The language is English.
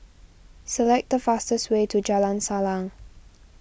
select the fastest way to Jalan Salang